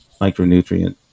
micronutrient